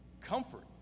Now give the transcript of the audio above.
Comfort